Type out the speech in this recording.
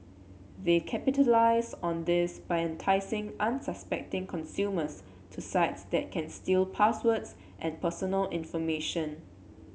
they capitalise on this by enticing unsuspecting consumers to sites that can steal passwords and personal information